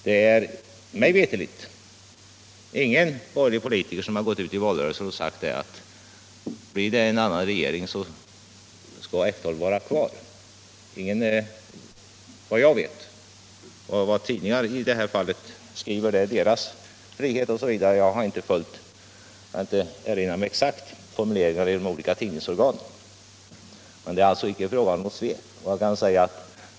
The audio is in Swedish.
Det är mig veterligt ingen borgerlig politiker som gått ut i valrörelsen och sagt att om det blir en annan regering så skall F 12 vara kvar. Vad tidningarna i det fallet skriver är deras frihet. Jag kan inte exakt erinra mig formuleringarna i de olika tidningsorganen, men det är alltså icke fråga om något svek.